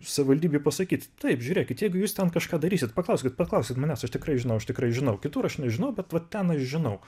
savivaldybei pasakyt taip žiūrėkit jeigu jūs ten kažką darysit paklauskit paklauskit manęs aš tikrai žinau aš tikrai žinau kitur aš nežinau bet va ten aš žinau